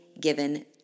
given